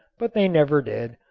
but they never did.